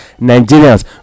nigerians